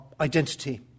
identity